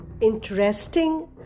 interesting